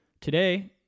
Today